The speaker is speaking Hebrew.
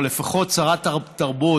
או לפחות שרת התרבות,